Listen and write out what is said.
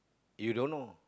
you don't know